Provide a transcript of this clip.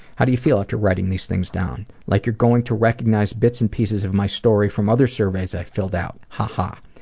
how do you feel after writing these things down? like you're going to recognize bits and pieces of my story from other surveys i've filled out. ha ha.